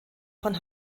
von